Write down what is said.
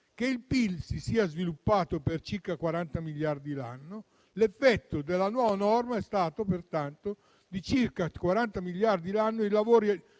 che il PIL sia aumentato di circa 40 miliardi l'anno. L'effetto della nuova norma è stato pertanto di circa 40 miliardi l'anno di lavori